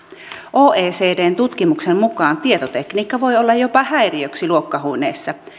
oecdn tutkimuksen mukaan tietotekniikka voi olla jopa häiriöksi luokkahuoneessa